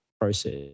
process